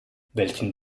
welchen